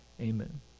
amen